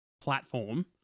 platform